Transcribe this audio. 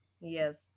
Yes